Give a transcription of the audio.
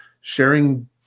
sharing